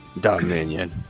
Dominion